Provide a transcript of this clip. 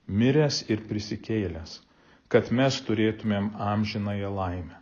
miręs ir prisikėlęs kad mes turėtumėm amžinąją laimę